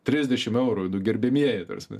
trisdešimt eurų nu gerbiamieji ta prasme